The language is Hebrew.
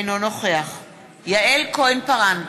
אינו נוכח יעל כהן-פארן,